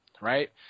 right